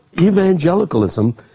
evangelicalism